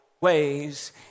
ways